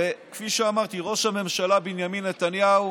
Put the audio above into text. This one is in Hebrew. וכפי שאמרתי, ראש הממשלה בנימין נתניהו